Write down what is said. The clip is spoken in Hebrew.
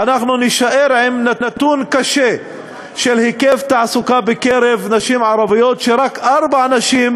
אנחנו נישאר עם נתון קשה של היקף תעסוקה בקרב נשים ערביות שרק ארבע נשים